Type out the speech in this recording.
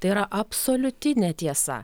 tai yra absoliuti netiesa